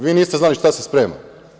Vi niste znali šta se sprema.